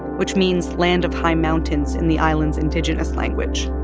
which means land of high mountains in the island's indigenous language.